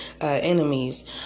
enemies